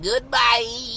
Goodbye